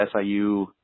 SIU